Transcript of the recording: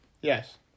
Yes